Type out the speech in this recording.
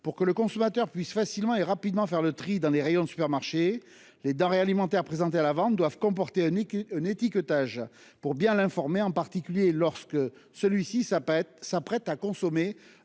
Pour que le consommateur puisse facilement et rapidement faire le tri dans les rayons de supermarchés, les denrées alimentaires présentées à la vente doivent comporter un étiquetage permettant de bien l'informer, en particulier lorsque celui-ci s'apprête à consommer